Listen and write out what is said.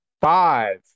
five